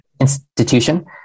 institution